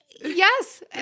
Yes